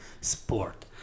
sport